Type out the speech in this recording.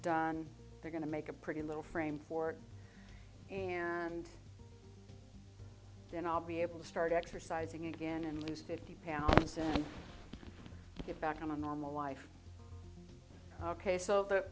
done they're going to make a pretty little frame for it and then i'll be able to start exercising again and lose fifty pounds and get back on normal life ok so the